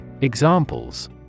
Examples